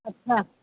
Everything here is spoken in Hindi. अच्छा